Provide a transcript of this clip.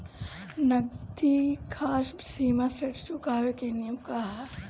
नगदी साख सीमा ऋण चुकावे के नियम का ह?